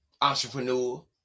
entrepreneur